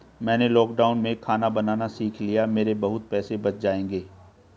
मैंने लॉकडाउन में खाना बनाना सीख लिया है, मेरे बहुत पैसे बच जाएंगे